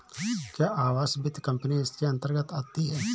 क्या आवास वित्त कंपनी इसके अन्तर्गत आती है?